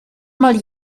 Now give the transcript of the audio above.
mal